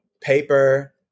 paper